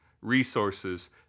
resources